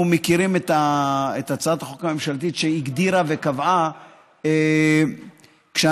אנחנו מכירים את הצעת החוק הממשלתית שהגדירה וקבעה שכשאנחנו